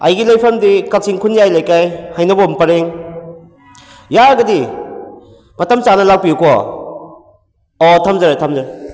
ꯑꯩꯒꯤ ꯂꯩꯐꯝꯗꯤ ꯀꯥꯛꯆꯤꯡ ꯈꯨꯟꯌꯥꯏ ꯂꯩꯀꯥꯏ ꯍꯩꯅꯧꯕꯣꯝ ꯄꯔꯦꯡ ꯌꯥꯔꯒꯗꯤ ꯃꯇꯝ ꯆꯥꯅ ꯂꯥꯛꯄꯤꯌꯨꯀꯣ ꯑꯣ ꯊꯝꯖꯔꯦ ꯊꯝꯖꯔꯦ